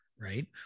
right